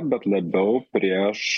bet labiau prieš